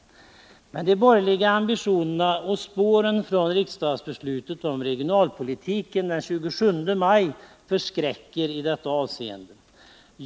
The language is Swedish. Men de borgerliga ambitionerna och spåren från riksdagsbeslutet om regionalpolitiken den 27 maj förskräcker.